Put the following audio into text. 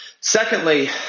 Secondly